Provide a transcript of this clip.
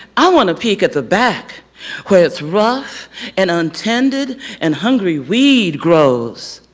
i want to peek at the back where it's rough and untended and hungry weed grows.